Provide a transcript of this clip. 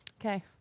Okay